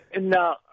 No